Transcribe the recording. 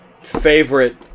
favorite